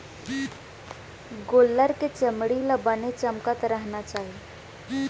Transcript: गोल्लर के चमड़ी ल बने चमकत रहना चाही